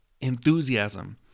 Enthusiasm